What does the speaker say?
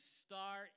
start